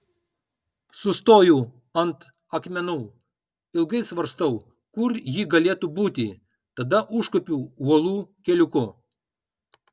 sustoju ant akmenų ilgai svarstau kur ji galėtų būti tada užkopiu uolų keliuku